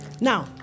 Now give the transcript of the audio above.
Now